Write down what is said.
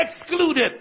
excluded